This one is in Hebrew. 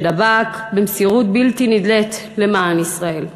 שדבק במסירות בלתי נדלית למען ישראל.